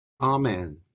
Amen